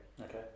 okay